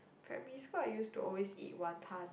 primary school I used to always eat wanton